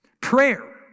Prayer